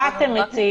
מה אתם מציעים?